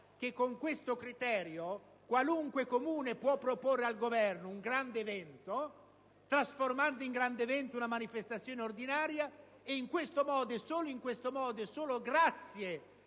che con questo criterio qualunque comune può proporre al Governo di trasformare in un grande evento una manifestazione ordinaria in questo modo, e solo in questo modo, grazie